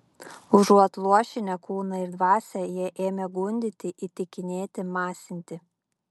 užuot luošinę kūną ir dvasią jie ėmė gundyti įtikinėti masinti